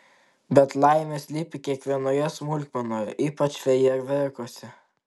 bet laimė slypi kiekvienoje smulkmenoje ypač fejerverkuose